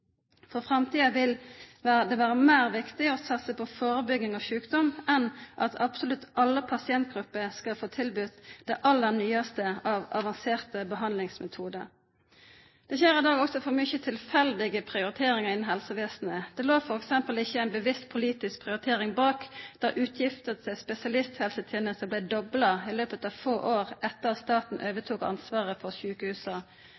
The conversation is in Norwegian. For framtiden vil det være mer viktig å satse på forebygging av sykdom enn at absolutt alle pasientgrupper skal få tilbudt det aller nyeste av avanserte behandlingsmetoder. Det skjer i dag også for mange tilfeldige prioriteringer innen helsevesenet. Det lå f.eks. ikke en bevisst politisk prioritering bak da utgiftene til spesialisthelsetjenesten ble doblet i løpet av få år, etter at staten